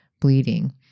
bleeding